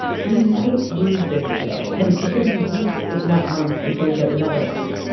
we might lose this deal and it could be weeks, if not months, until we get another one.